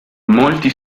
molti